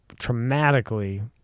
traumatically